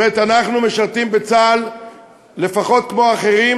זאת אומרת, אנחנו משרתים בצה"ל לפחות כמו האחרים,